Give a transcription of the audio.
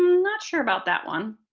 not sure about that one,